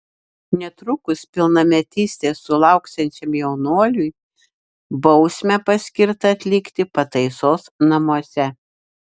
netrukus pilnametystės sulauksiančiam jaunuoliui bausmę paskirta atlikti pataisos namuose